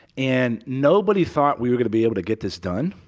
and nobody thought we were going to be able to get this done.